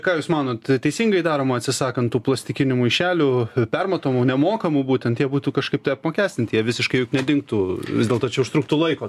ką jūs manot teisingai daroma atsisakant tų plastikinių maišelių permatomų nemokamų būtent jie būtų kažkaip tai apmokestinti jie visiškai juk nedingtų vis dėlto čia užtruktų laiko